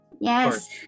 Yes